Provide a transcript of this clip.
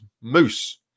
Moose